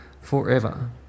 forever